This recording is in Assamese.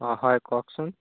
অঁ হয় কওকচোন